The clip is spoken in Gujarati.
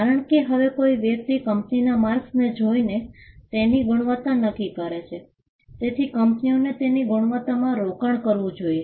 કારણ કે હવે કોઈ વ્યક્તિ કંપનીના માર્કસને જોઈને તેની ગુણવત્તા નક્કી કરે છે તેથી કંપનીઓએ તેની ગુણવત્તામાં રોકાણ કરવું જોઈએ